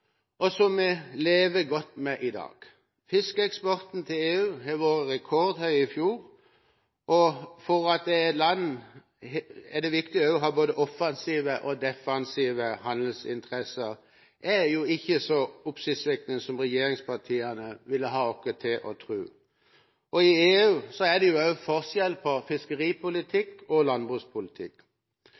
og som vi lever godt med i dag. Fiskeeksporten til EU var rekordhøy i fjor. Det at et land har både offensive og defensive handelsinteresser, er ikke så oppsiktsvekkende som regjeringspartiene ville ha oss til å tro. Også i EU er det forskjell på fiskeripolitikken og